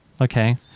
Okay